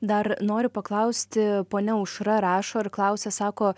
dar noriu paklausti ponia aušra rašo ir klausia sako